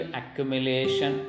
accumulation